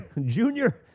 Junior